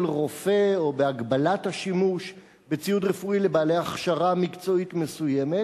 רופא או בהגבלת השימוש בציוד רפואי לבעלי הכשרה מקצועית מסוימת,